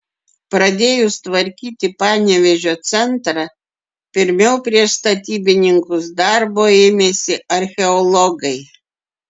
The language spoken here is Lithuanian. pradėjus tvarkyti panevėžio centrą pirmiau prieš statybininkus darbo ėmėsi archeologai